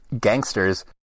gangsters